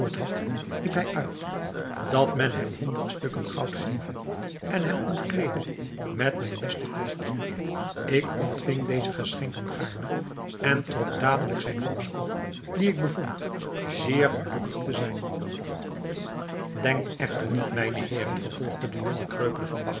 had riep hij uit dat men hem honderd stukken goud geve en hem omkleede met mijn beste kleed ik ontving deze geschenken gaarne en trok dadelijk zijn horoscoop die ik bevond zeer gelukkig te zijn denkt echter niet mijne heeren vervolgde de jonge kreupele van